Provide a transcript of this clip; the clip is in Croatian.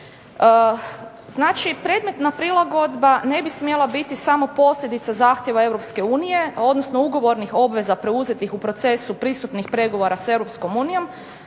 Znači predmetna prilagodba ne bi smjela biti samo posljedica zahtjeva Europske unije, odnosno ugovornih obveza preuzetih u procesu pristupnih pregovora s